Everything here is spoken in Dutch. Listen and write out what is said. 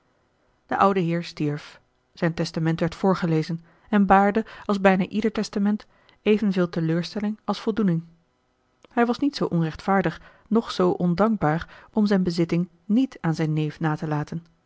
de oude heer stierf zijn testament werd voorgelezen en baarde als bijna ieder testament evenveel teleurstelling als voldoening hij was niet zoo onrechtvaardig noch zoo ondankbaar om zijn bezitting niet aan zijn neef na te laten